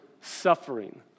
suffering